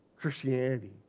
Christianity